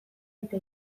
eta